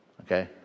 Okay